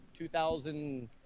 2000